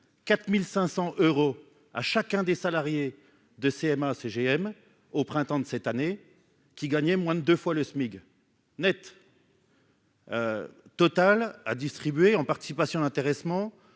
4500 euros à chacun des salariés de CMA CGM au printemps de cette année qui gagnaient moins de 2 fois le SMIG Net. Total a distribué en participation, d'intéressement